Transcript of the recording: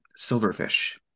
silverfish